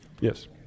Yes